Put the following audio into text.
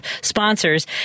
sponsors